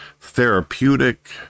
therapeutic